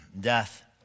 death